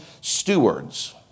stewards